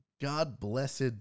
God-blessed